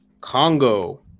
Congo